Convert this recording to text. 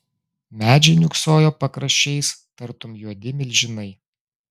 medžiai niūksojo pakraščiais tartum juodi milžinai